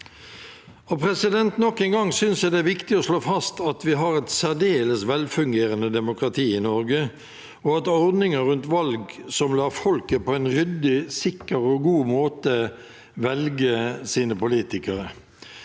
forslag. Nok en gang synes jeg det er viktig å slå fast at vi har et særdeles velfungerende demokrati i Norge, og ordninger rundt valg som lar folket på en ryddig, sikker og god måte velge sine politikere.